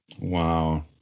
Wow